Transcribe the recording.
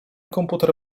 komputer